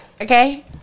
okay